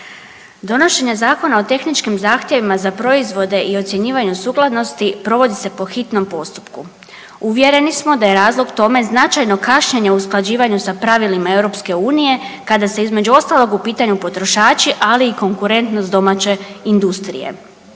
Donošenje Zakona o tehničkim zahtjevima za proizvode i ocjenjivanju sukladnosti provodi se po hitnom postupku. Uvjereni smo da je razlog tome značajno kašnjenje u usklađivanju sa pravilima EU kada su između ostalog, u pitanju potrošači, ali i konkurentnost domaće industrije.